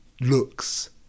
looks